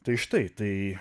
tai štai tai